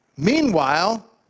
Meanwhile